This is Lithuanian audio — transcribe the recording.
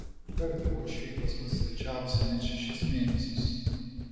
kartą uošviai pas mus svečiavosi net šešis mėnesius